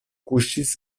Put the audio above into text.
kuŝis